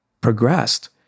progressed